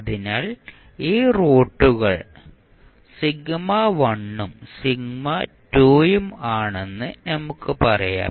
അതിനാൽ ഈ റൂട്ടുകൾ ഉം ഉം ആണെന്ന് നമുക്ക് പറയാം